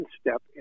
step